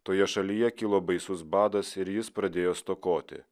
toje šalyje kilo baisus badas ir jis pradėjo stokoti